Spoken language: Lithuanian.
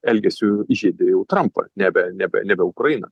elgesiu įžeidė jau trampą nebe nebe nebe ukrainą